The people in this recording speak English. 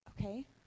okay